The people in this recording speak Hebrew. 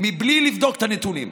בלי לבדוק את הנתונים.